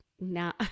now